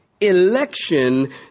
Election